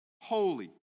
holy